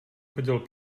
chodil